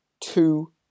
two